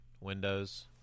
windows